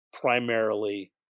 primarily